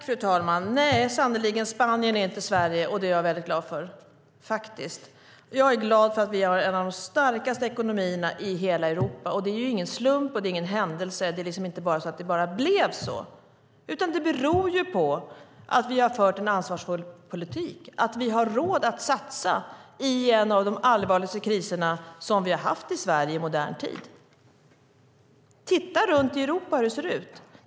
Fru talman! Nej, sannerligen, Spanien är inte Sverige, och det är jag väldigt glad för. Jag är glad för att vi har en av de starkaste ekonomierna i hela Europa. Det är ingen slump och ingen händelse. Det är inte så att det bara blev så. Det beror på att vi har fört en ansvarsfull politik så att vi har råd att satsa i en av de allvarligaste kriser som vi har haft i Sverige i modern tid. Titta runt i Europa hur det ser ut.